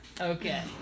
Okay